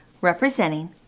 representing